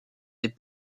des